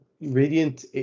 Radiant